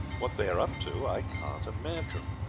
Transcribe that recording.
what they are up to i can't imagine.